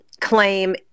claim